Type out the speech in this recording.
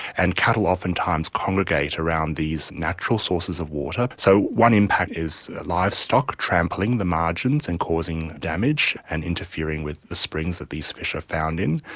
and cattle oftentimes congregate around these natural sources of water. so one impact is livestock, trampling the margins and causing damage and interfering with the springs that these fish are found in.